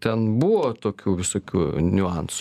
ten buvo tokių visokių niuansų